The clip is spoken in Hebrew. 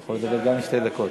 אה,